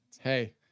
Hey